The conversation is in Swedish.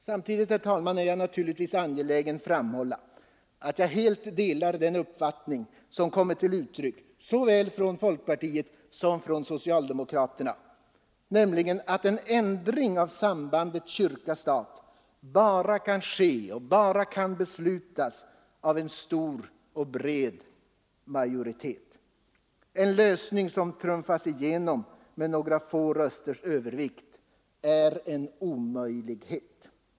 Samtidigt, herr talman, är jag naturligtvis angelägen framhålla att jag delar den uppfattning som kommit till uttryck från såväl folkpartiet som socialdemokraterna, nämligen att en ändring av sambandet stat—kyrka bara kan beslutas av en stor och bred majoritet. En lösning som trumfas igenom med några få rösters övervikt är en omöjlighet.